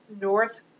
north